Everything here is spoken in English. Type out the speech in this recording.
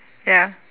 ya